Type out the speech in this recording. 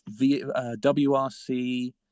WRC